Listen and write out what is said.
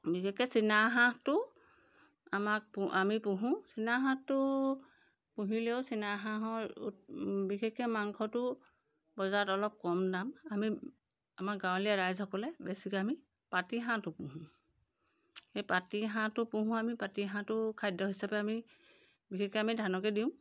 বিশেষকৈ চিনা হাঁহটো আমাক আমি পোহোঁ চিনা হাঁহটো পুহিলেও চিনা হাঁহৰ বিশেষকৈ মাংসটো বজাৰত অলপ কম দাম আমি আমাৰ গাঁৱলীয়া ৰাইজসকলে বেছিকৈ আমি পাতি হাঁহটো পোহোঁ সেই পাতি হাঁহটো পোহোঁ আমি পাতি হাঁহটো খাদ্য হিচাপে আমি বিশেষকৈ আমি ধানকে দিওঁ